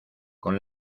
con